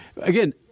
again